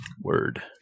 Word